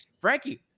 Frankie